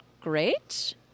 great